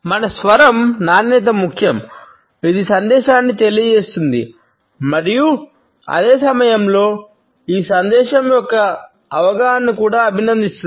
మన స్వరం నాణ్యత ముఖ్యం ఇది సందేశాన్ని తెలియజేస్తుంది మరియు అదే సమయంలో ఈ సందేశం యొక్క అవగాహనను కూడా అభినందిస్తుంది